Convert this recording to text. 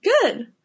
Good